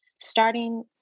starting